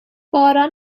باران